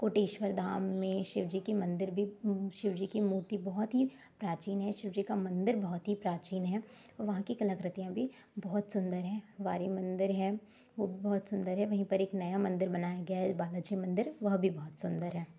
कोटेश्वर धाम में शिवजी की मंदिर भी शिवजी की मूर्ति बहुत ही प्राचीन है शिवजी का मंदिर बहुत ही प्राचीन है वहाँ की कलाकृतियाँ भी बहुत सुंदर हैं वारी मंदिर है वो भी बहुत सुंदर है वहीं पर एक नया मंदिर बनाया गया है बालाजी मंदिर वह भी बहुत सुंदर है